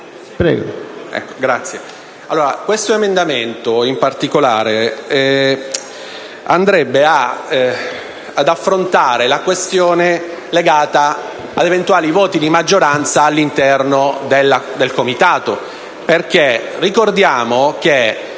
l'emendamento 1.101 in particolare andrebbe ad affrontare la questione legata ad eventuali voti di maggioranza all'interno del Comitato. Ricordiamo che